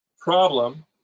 problem